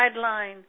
guideline